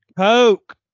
Poke